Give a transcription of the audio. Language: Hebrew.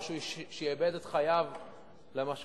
או שהוא שעבד את חייו למשכנתה,